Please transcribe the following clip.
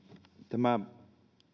tämä